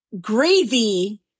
gravy